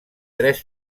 tres